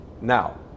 Now